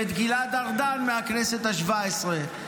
ואת גלעד ארדן מהכנסת השבע-עשרה,